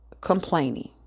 complaining